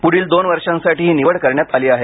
पुढच्या दोन वर्षांसाठी ही निवड करण्यात आली आहे